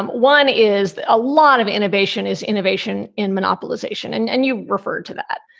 um one is that a lot of innovation is innovation in monopolization. and and you referred to that.